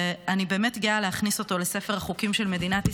ואני באמת גאה להכניס אותו לספר החוקים של מדינת ישראל.